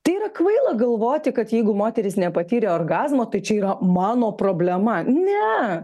tai yra kvaila galvoti kad jeigu moteris nepatyrė orgazmo tai čia yra mano problema ne